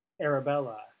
Arabella